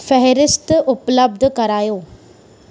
फ़हिरिस्त उपलब्ध करायो